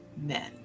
men